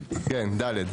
כן, ד'.